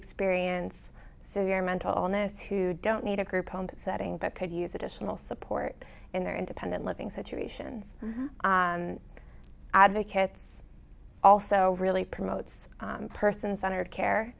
experience so very mental illness who don't need a group home setting but could use additional support in their independent living situations and advocates also really promotes person centered care